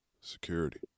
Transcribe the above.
Security